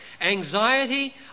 Anxiety